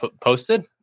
posted